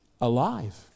alive